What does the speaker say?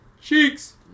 Cheeks